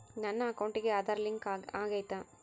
ನನ್ನ ಅಕೌಂಟಿಗೆ ಆಧಾರ್ ಲಿಂಕ್ ಆಗೈತಾ?